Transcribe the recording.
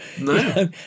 No